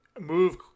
move –